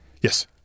Yes